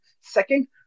Second